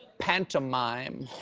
pantomime.